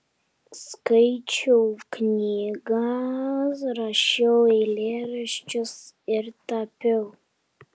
skaičiau knygas rašiau eilėraščius ir tapiau